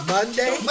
Monday